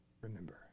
remember